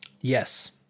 Yes